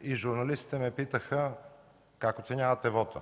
и журналистите ме питаха: „Как оценявате вота?“